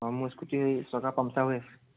অঁ মোৰ স্কুটি চকা পামচাৰ হৈ আছে